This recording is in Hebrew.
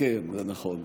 זה כן, זה נכון.